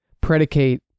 predicate